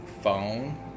phone